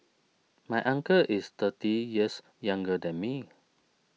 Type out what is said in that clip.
my uncle is thirty years younger than me